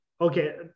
okay